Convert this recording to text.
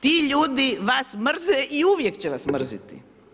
Ti ljudi vas mrze i uvijek će vas mrziti.